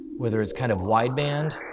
whether it's kind of wide-band.